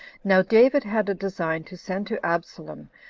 now david had a design to send to absalom,